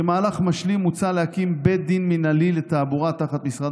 כמהלך משלים מוצע להקים בית דין מינהלי לתעבורה תחת משרד